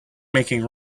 making